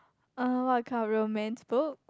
uh what kind of romance book